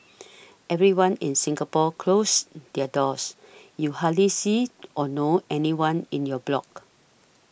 everyone in Singapore closes their doors you hardly see or know anyone in your block